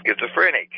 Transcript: schizophrenic